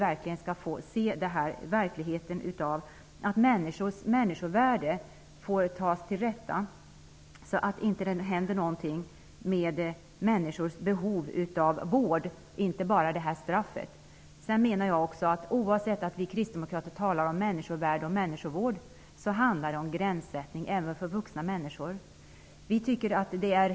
På det sättet kommer människovärdet att värnas och människors behov av vård tillgodoses. Även om vi kristdemokrater talar om människovärde och människovård handlar det om gränsdragning -- även för vuxna människor.